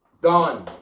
Done